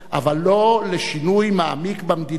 אבל לא לשינוי מעמיק במדיניות.